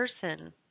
person